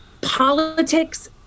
Politics